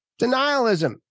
denialism